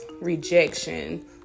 rejection